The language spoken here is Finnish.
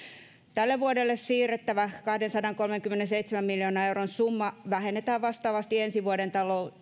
tälle vuodelle siirrettävä kahdensadankolmenkymmenenseitsemän miljoonan euron summa vähennetään vastaavasti ensi vuoden